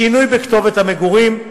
שינוי בכתובת מגורים,